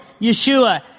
Yeshua